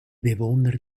bewohner